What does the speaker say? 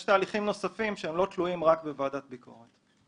יש תהליכים נוספים שלא תלויים רק בוועדת ביקורת.